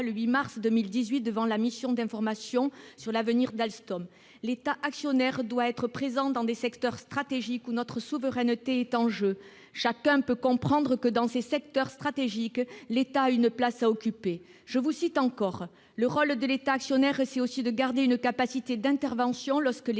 le 8 mars 2018 devant la mission d'information sur l'avenir d'Alstom :« L'État actionnaire doit être présent dans des secteurs stratégiques où notre souveraineté est en jeu. [...] Chacun peut comprendre que dans ces secteurs stratégiques, l'État a une place à occuper. Enfin, le rôle de l'État actionnaire, c'est aussi de garder une capacité d'intervention lorsque des